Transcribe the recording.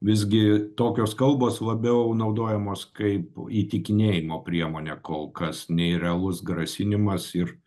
visgi tokios kalbos labiau naudojamos kaip įtikinėjimo priemonė kol kas nei realus grasinimas ir